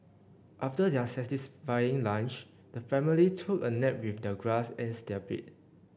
after their satisfying lunch the family took a nap with the grass as their bed